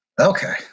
okay